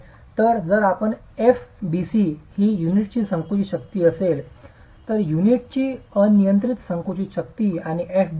तर जर fbc ही युनिटची संकुचित शक्ती असेल युनिटची अनियंत्रित संकुचित शक्ती आणि fbt